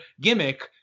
gimmick